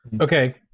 Okay